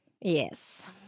Yes